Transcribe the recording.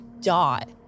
dot